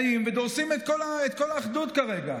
והם באים ודורסים את כל האחדות כרגע.